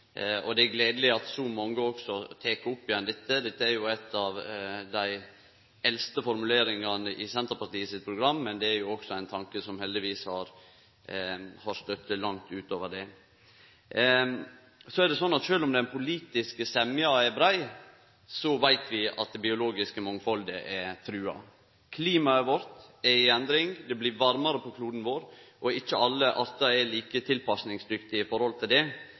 Det er gledeleg at så mange også tek opp igjen dette. Dette er jo ei av dei eldste formuleringane i Senterpartiets program, men det er også ein tanke som heldigvis har støtte langt utover det. Sjølv om den politiske semja er brei, veit vi at det biologiske mangfaldet er trua. Klimaet vårt er i endring. Det blir varmare på kloden vår, og ikkje alle artar er like tilpassingsdyktige når det gjeld det.